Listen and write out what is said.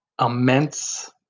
immense